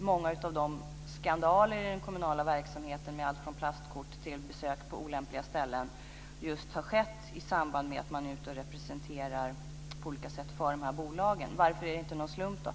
många av skandalerna i den kommunala verksamheten, med alltifrån plastkort till besök på olämpliga ställen, har skett i samband med att man är ute och representerar för de här bolagen på olika sätt. Varför är det inte någon slump?